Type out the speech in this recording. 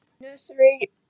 Nursery